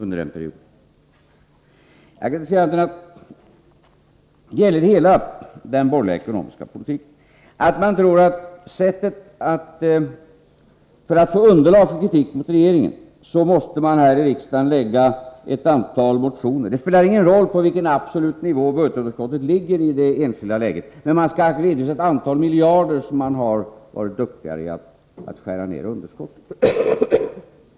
Jag kan inte se annat än att ni tror att ni, för att få underlag för kritik mot regeringen, måste väcka ett antal motioner här i riksdagen — det gäller hela den borgerliga ekonomiska politiken. Det spelar ingen roll på vilken absolut nivå budgetunderskottet ligger i det enskilda läget, ni skall ändå redovisa att ni har varit ett antal miljarder kronor duktigare i att skära ned underskottet.